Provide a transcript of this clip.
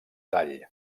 tall